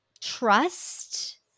trust